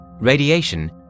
Radiation